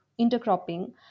intercropping